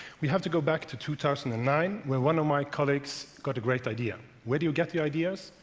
we have to go back to two thousand and nine, when one of my colleagues got a great idea. where do you get your ideas?